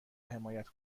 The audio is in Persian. حمایت